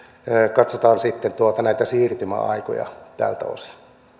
katsotaan sitten näitä siirtymäaikoja tältä osin